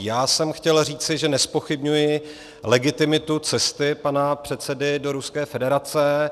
Já jsem chtěl říci, že nezpochybňuji legitimitu cesty pana předsedy do Ruské federace.